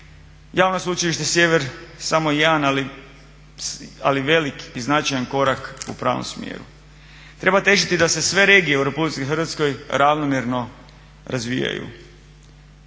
javno Sveučilište Sjever samo je jedan ali veliki i značajan korak u pravom smjeru. Treba težiti da se sve regije u RH ravnomjerno razvijaju.